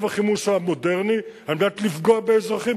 החימוש המודרני על מנת לפגוע באזרחים,